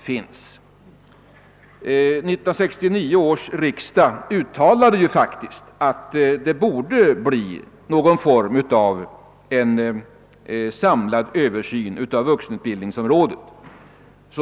1969 års riksdag uttalade ju faktiskt att det borde bli någon form av samlad översyn av vuxenutbildningsområdet.